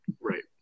Right